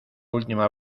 última